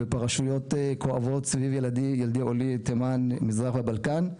ופרשיות כואבות סביב ילדי עולי תימן מזרח ובלקן.